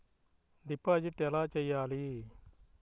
Deposit ఎలా చెయ్యాలి?